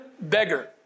beggar